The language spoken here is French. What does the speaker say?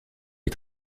est